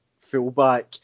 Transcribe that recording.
fullback